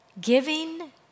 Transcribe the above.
Giving